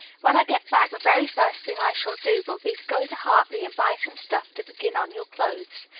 when i get back, the very first thing i shall do will be to go to hartley and buy some stuff to begin on your clothes.